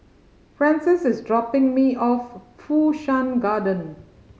Frances is dropping me off Fu Shan Garden